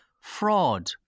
fraud